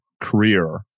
career